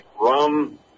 Rum